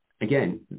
Again